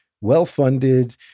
well-funded